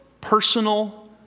personal